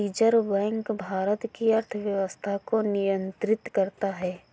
reserve bank Bharat की अर्थव्यवस्था को नियन्त्रित करता है